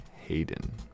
Hayden